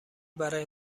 برای